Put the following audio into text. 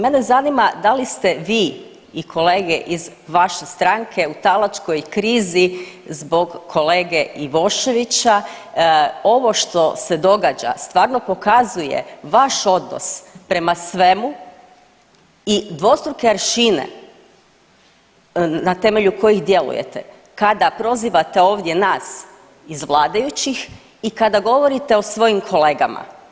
Mene zanima da li ste vi kolege iz vaše stranke u talačkoj krizi zbog kolege Ivoševića, ovo što se događa stvarno pokazuje vaš odnos prema svemu i dvostruke aršine na temelju kojih djelujete kada prozivate ovdje nas iz vladajućih i kada govorite o svojim kolegama.